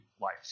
life